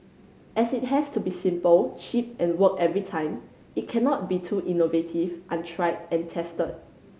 as it has to be simple cheap and work every time it cannot be too innovative untried and tested